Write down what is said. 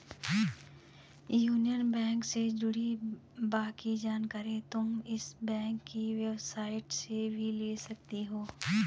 union bank से जुड़ी बाकी जानकारी तुम इस बैंक की वेबसाईट से भी ले सकती हो